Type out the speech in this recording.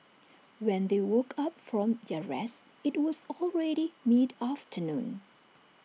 when they woke up from their rest IT was already mid afternoon